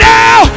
now